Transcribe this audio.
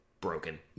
broken